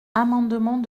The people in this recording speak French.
amendement